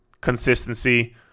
consistency